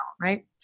right